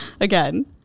again